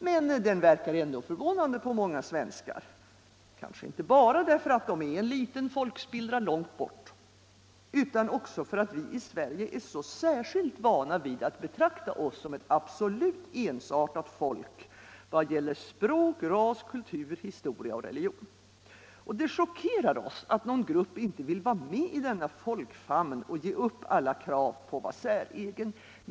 Men den verkar ändå förvånande på många svenskar, kanske inte bara för att samerna är en liten folkspillra långt bort, utan också för att vi i Sverige är särskilt vana vid att betrakta oss som ett absolut ensartat folk, i vad gäller språk, ras, kultur, historia och religion. Det chockerar oss att någon grupp inte vill vara med i denna folkfamn och ge upp alla krav på att vara säregen.